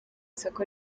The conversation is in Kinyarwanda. isoko